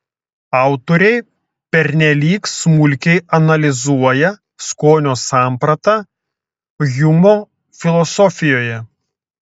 autoriai pernelyg smulkiai analizuoja skonio sampratą hjumo filosofijoje